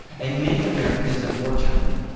and many americans unfortunately,